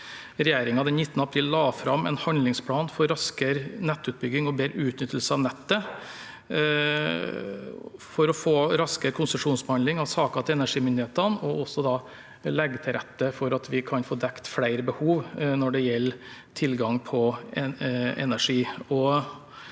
regjeringen den 19. april la fram en handlingsplan for raskere nettutbygging og bedre utnyttelse av nettet for å få raskere konsesjonsbehandling av saker til energimyndighetene, og også for å legge til rette for at vi kan få dekket flere behov når det gjelder tilgang på energi.